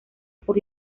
por